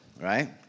right